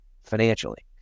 financially